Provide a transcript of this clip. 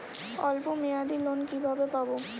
অল্প মেয়াদি লোন কিভাবে পাব?